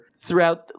throughout